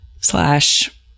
slash